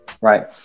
right